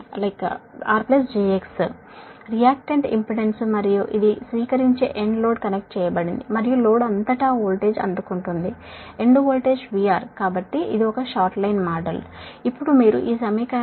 line impedance R jX ను reactant impedance మరియు ఈ రిసీవింగ్ ఎండ్ లోడ్ కనెక్ట్ చేయబడింది మరియు లోడ్ అంతటా వోల్టేజ్ ఉంటుంది ఎండ్ వోల్టేజ్ VR కాబట్టి ఇప్పుడు మీరు ఈ సమీకరణాన్ని వ్రాస్తే